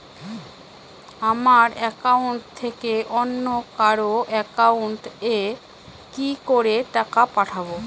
আমার একাউন্ট থেকে অন্য কারো একাউন্ট এ কি করে টাকা পাঠাবো?